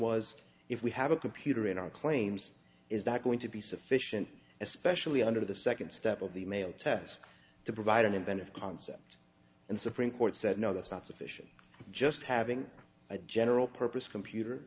was if we have a computer in our claims is that going to be sufficient especially under the second step of the mail test to provide an inventive concept and supreme court said no that's not sufficient just having a general purpose computer